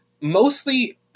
mostly